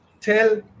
tell